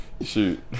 Shoot